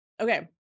Okay